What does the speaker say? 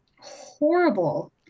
horrible